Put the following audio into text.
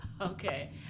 Okay